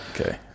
okay